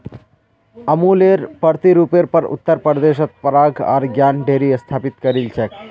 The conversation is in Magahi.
अमुलेर प्रतिरुपेर पर उत्तर प्रदेशत पराग आर ज्ञान डेरी स्थापित करील छेक